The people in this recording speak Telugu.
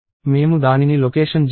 మేము దానిని లొకేషన్ 0 వద్ద ఉంచాము